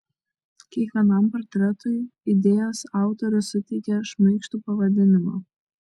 kiekvienam portretui idėjos autorius suteikė šmaikštų pavadinimą